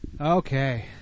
Okay